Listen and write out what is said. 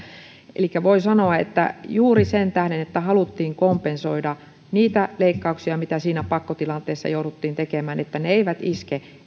elikkä juuri sen tähden että haluttiin kompensoida niitä leikkauksia mitä siinä pakkotilanteessa jouduttiin tekemään että ne eivät iske